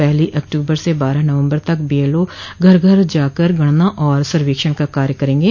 पहली अक्टूबर से बारह नवम्बर तक बीएलओ घर घर जाकर गणना और सर्वेक्षण का कार्य करेंगे